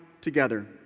together